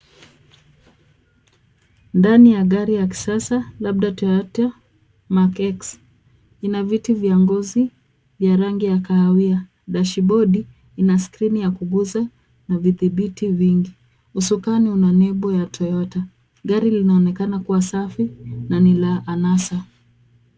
Ndani ya gari ya kisasa, labda Toyota Mark X, ina viti vya ngozi vya rangi ya kahawia. Dashibodi ina skrini ya kugusa na vidhibiti vingi. Usukani una nembo ya Toyota. Gari linaonekana kuwa safi na ni la anasa.